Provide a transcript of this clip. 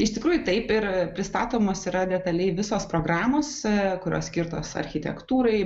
iš tikrųjų taip ir pristatomos yra detaliai visos programos kurios skirtos architektūrai